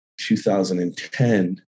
2010